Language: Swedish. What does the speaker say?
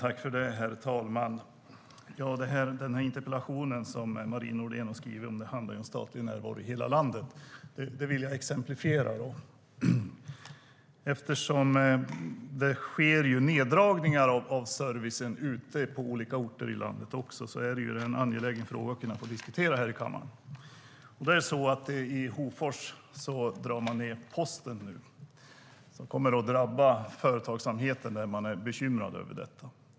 Herr talman! Den interpellation som Marie Nordén har skrivit handlar om statlig närvaro i hela landet. Det vill jag exemplifiera. Eftersom det sker neddragningar av servicen på olika orter i landet är det en angelägen fråga att få diskutera detta här i kammaren. I Hofors drar man nu ned posten. Det kommer att drabba företagsamheten, och de är bekymrade över det.